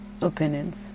opinions